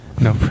no